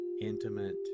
intimate